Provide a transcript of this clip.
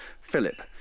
Philip